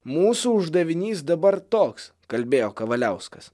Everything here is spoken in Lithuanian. mūsų uždavinys dabar toks kalbėjo kavaliauskas